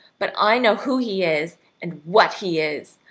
but i know who he is and what he is.